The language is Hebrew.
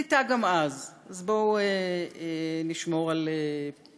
היא הייתה גם אז, אז בואו נשמור על פרופורציות.